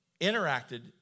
interacted